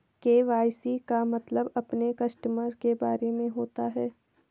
KYC का मतलब अपने कस्टमर के बारे में होता है